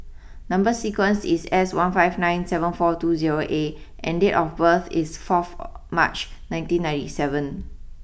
number sequence is S one five nine seven four two zero A and date of birth is fourth March nineteen ninety seven